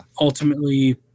ultimately